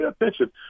attention